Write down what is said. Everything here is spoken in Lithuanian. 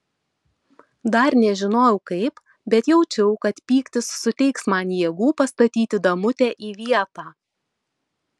dar nežinojau kaip bet jaučiau kad pyktis suteiks man jėgų pastatyti damutę į vietą